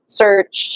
search